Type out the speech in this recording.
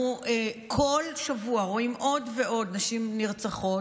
אנחנו כל שבוע רואים עוד ועוד נשים נרצחות,